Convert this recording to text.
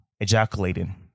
ejaculating